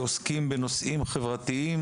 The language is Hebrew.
כל הסטודנטים עוסקים בנושאים חברתיים,